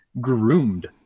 groomed